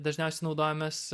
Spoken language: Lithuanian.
dažniausiai naudojamės